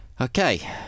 okay